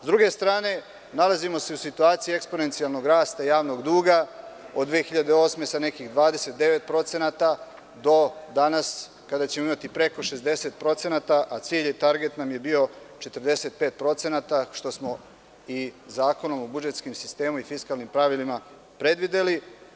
S druge strane nalazimo se u situaciji eksponencijalnog rasta javnog duga od 2008. godine sa nekih 29%, do danas kada ćemo imati preko 60%, a cilj i target nam je bio 45%, što smo i Zakonom o budžetskom sistemu i fiskalnim pravilima predvideli.